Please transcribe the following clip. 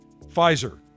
Pfizer